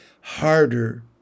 harder